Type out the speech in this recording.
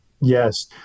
Yes